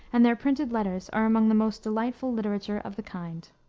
and their printed letters are among the most delightful literature of the kind.